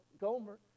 Gomer